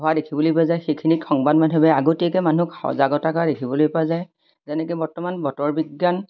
হোৱা দেখিবলৈ পোৱা যায় সেইখিনিক সংবাদ মাধ্যমে আগতীয়াকৈ মানুহক সজাগতা কৰা দেখিবলৈ পোৱা যায় যেনেকৈ বৰ্তমান বতৰ বিজ্ঞান